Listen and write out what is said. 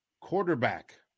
quarterback